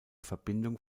verbindung